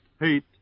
hate